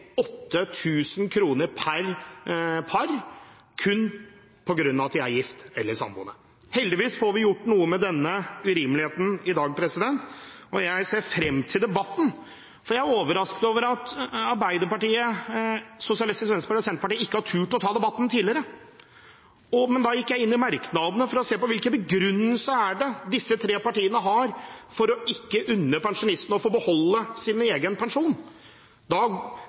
per par, kun på grunn av at de er gifte eller samboende. Heldigvis får vi gjort noe med denne urimeligheten i dag. Jeg ser frem til debatten, for jeg er overrasket over at Arbeiderpartiet, Sosialistisk Venstreparti og Senterpartiet ikke har turt å ta debatten tidligere. Jeg gikk inn og så på merknadene for å se hvilken begrunnelse disse tre partiene har for ikke å unne pensjonistene å få beholde egen pensjon.